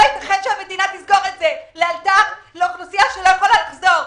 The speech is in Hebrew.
לא ייתכן שהמדינה תסגור את זה לאלתר לאוכלוסייה שלא יכולה לחזור לעבוד.